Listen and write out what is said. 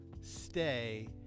stay